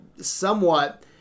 somewhat